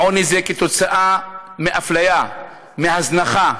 העוני זה תוצאה של אפליה, הזנחה,